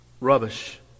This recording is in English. rubbish